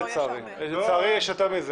לצערי יש הרבה.